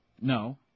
No